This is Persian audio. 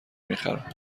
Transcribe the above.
میخرم